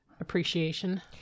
appreciation